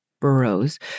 boroughs